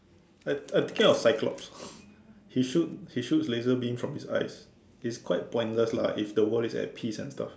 I I'm thinking of Cyclops he shoot he shoots laser beam from his eyes he's quite pointless lah if the world is at peace and stuff